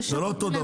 זה השירות שלהם.